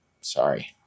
sorry